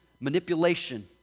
manipulation